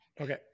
Okay